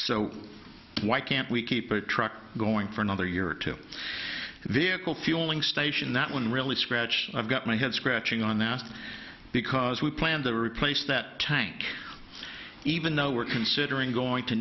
so why can't we keep our truck going for another year or two the vehicle fueling station that one really scratch i've got my head scratching on that because we plan to replace that tank even though we're considering going to